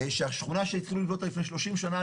שהשכונה שהתחילו לבנות אותה לפני 30 שנה,